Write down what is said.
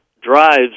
drives